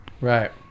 Right